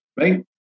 Right